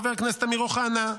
חבר הכנסת אמיר אוחנה.